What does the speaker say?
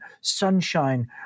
sunshine